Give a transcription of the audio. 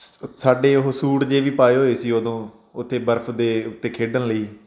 ਸਾ ਸਾਡੇ ਉਹ ਸੂਟ ਜਿਹੇ ਵੀ ਪਾਏ ਹੋਏ ਸੀ ਉਦੋਂ ਉੱਥੇ ਬਰਫ ਦੇ ਉੱਤੇ ਖੇਡਣ ਲਈ